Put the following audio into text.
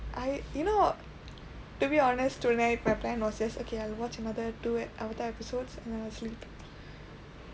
I you know to be honest tonight my plan was just okay I'll watch another two another two episodes and then I'll sleep